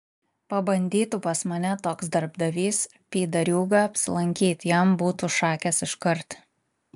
pabandytų pas mane toks darbdavys pydariūga apsilankyt jam būtų šakės iškart